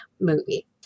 movie